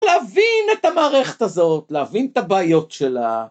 להבין את המערכת הזאת, להבין את הבעיות שלה.